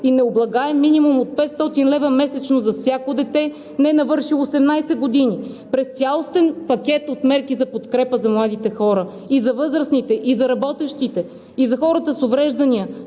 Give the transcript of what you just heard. и необлагаем минимум от 500 лв. месечно за всяко дете, ненавършило 18 години, през цялостен пакет от мерки за подкрепа на младите хора, на възрастите, на работещите и на хората с увреждания.